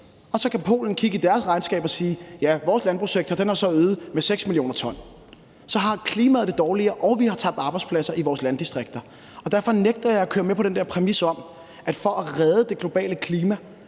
Og så kan Polen kigge i deres regnskab og sige: Ja, vores landbrugssektor har så øget med 6 mio. t CO2. Så har klimaet det dårligere, og vi har tabt arbejdspladser i vores landdistrikter. Og derfor nægter jeg at køre med på den der præmis om, at for at redde det globale klima